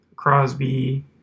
Crosby